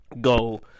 go